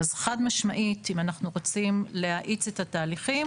אז חד משמעית אם אנחנו רוצים להאיץ את התהליכים,